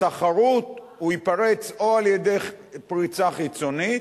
הוא ייפרץ על-ידי פריצה חיצונית,